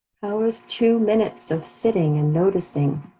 how was two minutes of sitting and noticing?